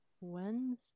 Wednesday